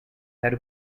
per